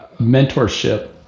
mentorship